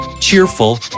cheerful